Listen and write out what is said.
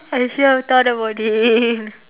I actually never thought about it